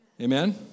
Amen